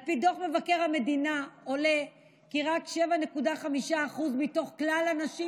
מדוח מבקר המדינה עולה כי 7.5% מתוך כלל הנשים